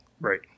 Right